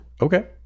Okay